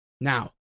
Now